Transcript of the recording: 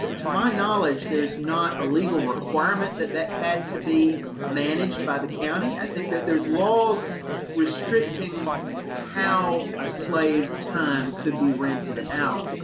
to to my knowledge, there is not a legal requirement that that had to be managed by the county. i think that there's laws restricting how a slave's time could be rented out,